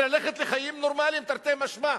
וללכת לחיים נורמליים תרתי משמע,